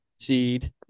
seed